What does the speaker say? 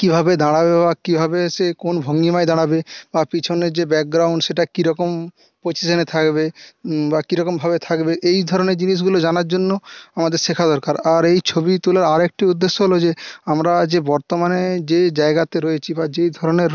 কীভাবে দাঁড়াবে বা কীভাবে সে কোন ভঙ্গিমায় দাঁড়াবে বা পিছনের যে ব্যাকগ্রাউন্ড সেটা কিরকম পজিশানে থাকবে বা কিরকমভাবে থাকবে এই ধরণের জিনিসগুলো জানার জন্য আমাদের শেখা দরকার আর এই ছবি তোলার আরেকটি উদ্দেশ্য হলো যে আমরা যে বর্তমানে যে জায়গাতে রয়েছি বা যে ধরণের